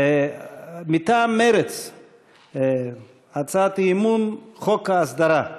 מטעם מרצ, הצעת אי-אמון: חוק ההסדרה.